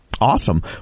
Awesome